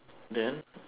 then